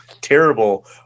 terrible